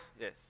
yes